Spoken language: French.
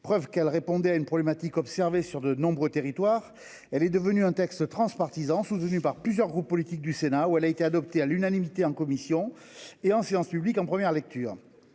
preuve qu'elle répondait à une problématique. Sur de nombreux territoires. Elle est devenue un texte transpartisan soutenue par plusieurs groupes politiques du Sénat où elle a été adoptée à l'unanimité en commission et en séance publique, en première lecture.